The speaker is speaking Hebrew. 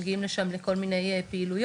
מגיעים לשם לכל מיני פעילויות,